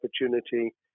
opportunity